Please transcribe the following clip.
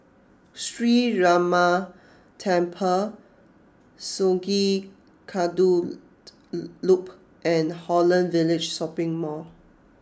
Sree Ramar Temple Sungei Kadut Loop and Holland Village Shopping Mall